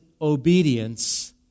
Obedience